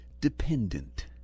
dependent